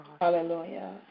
Hallelujah